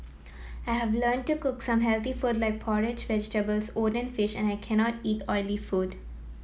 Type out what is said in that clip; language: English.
I have learned to cook some healthy food like porridge vegetables oat and fish and I cannot eat oily food